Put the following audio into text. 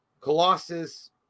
Colossus